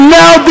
now